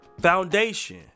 foundation